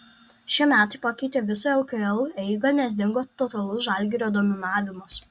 šie metai pakeitė visą lkl eigą nes dingo totalus žalgirio dominavimas